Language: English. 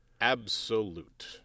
absolute